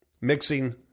Mixing